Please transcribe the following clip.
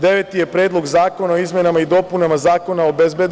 Deveti je Predlog zakona o izmenama i dopunama Zakona o BIA.